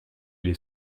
les